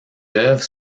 œuvres